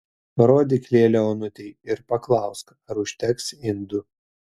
parodyk lėlę onutei ir paklausk ar užteks indų